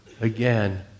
again